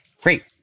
great